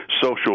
social